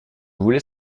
voulais